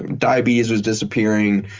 diabetes was disappearing.